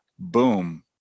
boom